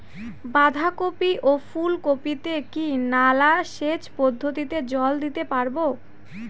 বাধা কপি ও ফুল কপি তে কি নালা সেচ পদ্ধতিতে জল দিতে পারবো?